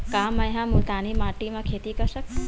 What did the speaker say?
का मै ह मुल्तानी माटी म खेती कर सकथव?